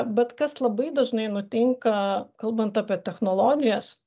bet kas labai dažnai nutinka kalbant apie technologijas